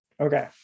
Okay